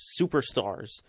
superstars